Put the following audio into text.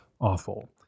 awful